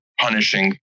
punishing